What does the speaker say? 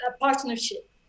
partnership